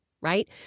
right